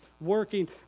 working